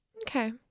Okay